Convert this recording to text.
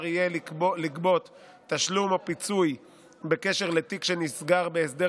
יהיה גם לגבות תשלום או פיצוי בקשר לתיק שנסגר בהסדר